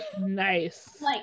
Nice